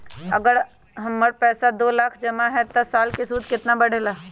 अगर हमर पैसा दो लाख जमा है त साल के सूद केतना बढेला?